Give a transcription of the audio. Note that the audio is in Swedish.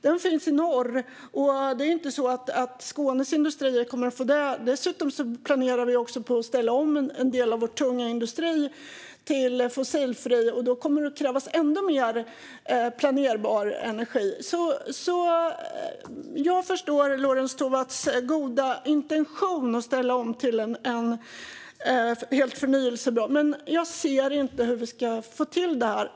Den finns i norr, och det är inte så att Skånes industrier kommer att få den. Dessutom planerar vi att ställa om en del av vår tunga industri till fossilfritt, och då kommer det att krävas ännu mer planerbar energi. Jag förstår Lorentz Tovatts goda intention att ställa om till helt förnybart, men jag ser inte hur vi ska få till det.